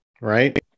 right